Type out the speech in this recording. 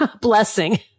blessing